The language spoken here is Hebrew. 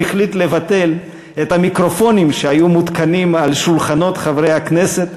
הוא החליט לבטל את המיקרופונים שהיו מותקנים על שולחנות חברי הכנסת,